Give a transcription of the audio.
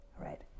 right